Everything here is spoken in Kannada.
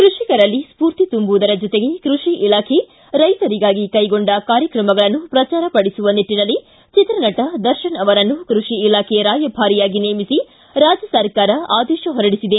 ಕೃಷಿಕರಲ್ಲಿ ಸ್ಫೂರ್ತಿ ತುಂಬುವುದರ ಜೊತೆಗೆ ಕೃಷಿ ಇಲಾಖೆ ರೈತರಿಗಾಗಿ ಕೈಗೊಂಡ ಕಾರ್ಯಕ್ರಮಗಳನ್ನು ಪ್ರಚಾರ ಪಡಿಸುವ ನಿಟ್ಟಿನಲ್ಲಿ ಚಿತ್ರ ನಟ ದರ್ಶನ ಅವರನ್ನು ಕೃಷಿ ಇಲಾಖೆ ರಾಯಭಾರಿಯಾಗಿ ನೇಮಿಸಿ ರಾಜ್ಯ ಸರ್ಕಾರ ಆದೇಶ ಹೊರಡಿಸಿದೆ